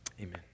amen